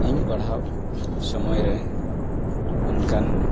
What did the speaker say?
ᱤᱧ ᱯᱟᱲᱦᱟᱣ ᱥᱚᱢᱚᱭ ᱨᱮ ᱚᱱᱠᱟᱱ